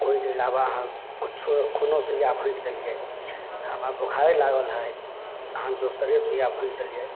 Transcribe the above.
ओइके अलावा अहाँ कुछो कोनो सुइया भोङ्कि देलियै हमरा बोखार लागल हइ अहाँ दोसरे सुइया भोङ्कि देलियै